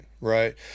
right